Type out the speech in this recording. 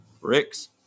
Bricks